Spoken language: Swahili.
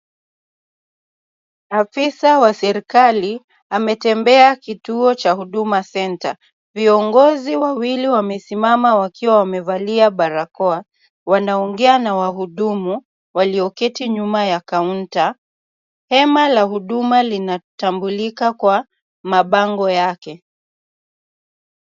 Afisa wa serikali ametembea kituo cha huduma centre . Viongozi wawili wamesimama wakiwa wamevalia barakoa wanaongea na wahudumu walioketi nyuma ya kaunta la. Hema la huduma linatambulika kwa mambango yake.